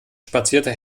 spazierte